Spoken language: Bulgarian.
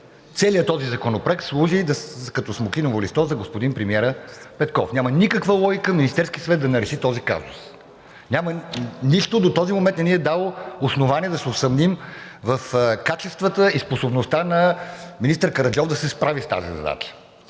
Целият този законопроект служи като смокиново листо за господин премиера Петков. Няма никаква логика Министерски съвет да не реши този казус. Нищо до този момент не ни е дало основание да се усъмним в качествата и способността на министър Караджов да се справи с тази задача.